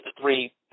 three